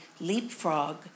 leapfrog